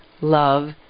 love